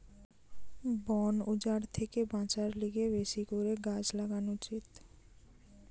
বন উজাড় থেকে বাঁচার লিগে বেশি করে গাছ লাগান উচিত